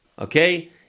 okay